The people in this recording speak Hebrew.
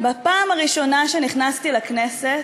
בפעם הראשונה שנכנסתי לכנסת,